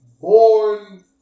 born